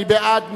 מי בעד?